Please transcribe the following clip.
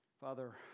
Father